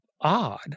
odd